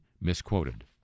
misquoted